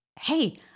hey